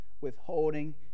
withholding